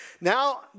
Now